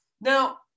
Now